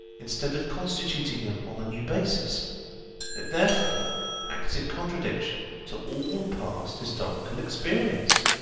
instead of constituting them on a new basis it therefore acts in contradiction to all past historical experience.